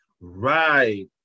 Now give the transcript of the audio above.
Right